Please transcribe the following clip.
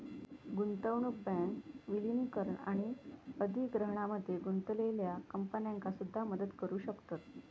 गुंतवणूक बँक विलीनीकरण आणि अधिग्रहणामध्ये गुंतलेल्या कंपन्यांका सुद्धा मदत करू शकतत